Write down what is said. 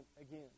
again